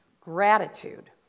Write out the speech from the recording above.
Gratitude